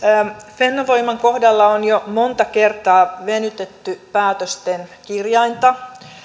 fennovoiman kohdalla on jo monta kertaa venytetty päätösten kirjainta